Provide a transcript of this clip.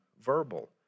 verbal